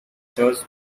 thus